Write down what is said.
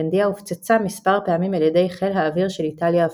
גנדיה הופצצה מספר פעמים על ידי חיל האוויר של איטליה הפשיסטית.